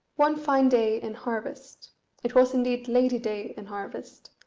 one fine day in harvest it was indeed lady-day in harvest,